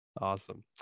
Awesome